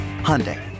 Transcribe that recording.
Hyundai